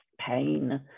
pain